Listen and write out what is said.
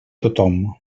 tothom